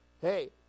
Hey